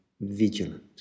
vigilant